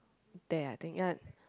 there I think ya